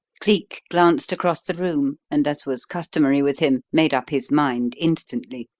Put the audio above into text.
cleek glanced across the room, and, as was customary with him, made up his mind instantly.